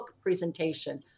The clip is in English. presentation